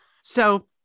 so-